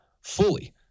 fully